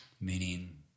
Meaning